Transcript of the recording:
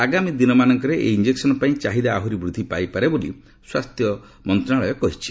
ଆଗାମୀ ଦିନମାନଙ୍କରେ ଏହି ଇଞ୍ଜେକ୍ସନ ପାଇଁ ଚାହିଦା ଆହୁରି ବୃଦ୍ଧି ପାଇପାରେ ବୋଲି ସ୍ୱାସ୍ଥ୍ୟ ମନ୍ତ୍ରଣାଳୟ କହିଛି